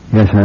Yes